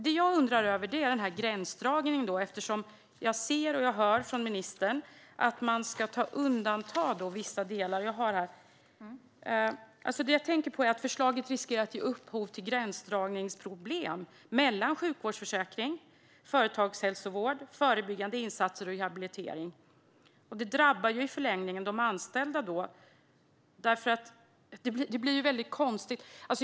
Det jag undrar över är gränsdragningen. Jag ser och jag hör från ministern att man ska undanta vissa delar. Förslaget riskerar därmed att ge upphov till problem med gränsdragning mellan sjukvårdsförsäkring, företagshälsovård, förebyggande insatser och rehabilitering. Detta drabbar i förlängningen de anställda, och det blir väldigt konstigt.